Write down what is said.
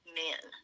men